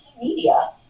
media